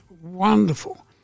wonderful